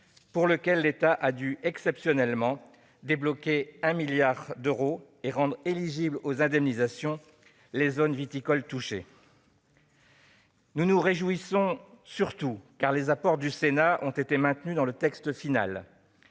pour lequel l'État a dû exceptionnellement débloquer 1 milliard d'euros et rendre éligibles aux indemnisations les zones viticoles touchées. Nous nous réjouissons surtout de voir que les apports du Sénat ont été maintenus dans le texte final.